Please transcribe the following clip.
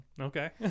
Okay